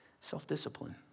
Self-discipline